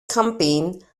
campaign